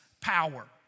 power